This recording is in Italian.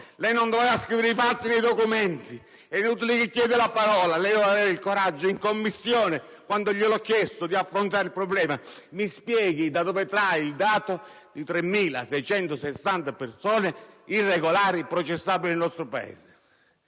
lei non doveva scrivere dei falsi nei documenti. È inutile che chieda ora la parola, lei doveva avere il coraggio in Commissione, quando glielo ho chiesto, di affrontare il problema. Mi spieghi da dove trae il dato di 3.660 persone irregolari processabili nel nostro Paese,